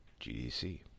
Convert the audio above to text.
GDC